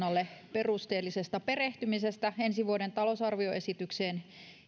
perusteellisesta perehtymisestä ensi vuoden talousarvioesitykseen